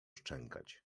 szczękać